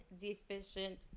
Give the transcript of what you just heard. deficient